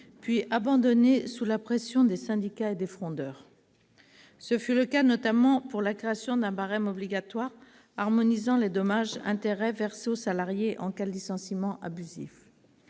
puis abandonnées sous la pression des syndicats et des « frondeurs ». Ce fut le cas, notamment, de la création d'un barème obligatoire harmonisant les dommages et intérêts versés au salarié en cas de licenciement abusif.